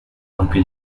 aunque